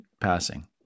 passing